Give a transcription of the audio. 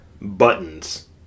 buttons